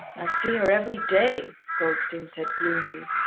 i see her every day, goldstein said gloomily.